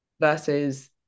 versus